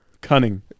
cunning